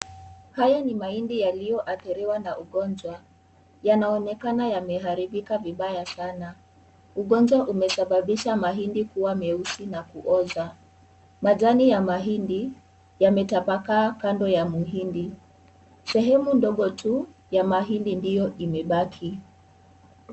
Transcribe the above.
Haya ni mahindi yaliyoathiriwa na ugonjwa. Yanaonekana yameharibika vibaya sana. Ugonjwa umesababisha mahindi kuwa meusi na kuoza. Majani ya mahindi yametapakaa kando ya muhindi. Sehemu ndogo tu ya mahindi ndiyo imebaki.